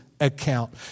account